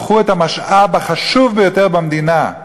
הפכו את המשאב החשוב ביותר במדינה,